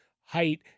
height